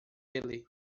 ele